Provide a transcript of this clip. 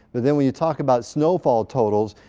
but then when you talk about snowfall totals,